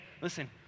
listen